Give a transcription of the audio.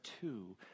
two